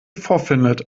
vorfindet